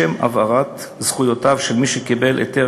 לשם הבהרת זכויותיו של מי שקיבל היתר